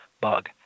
bug